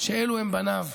שאלו הם בניו,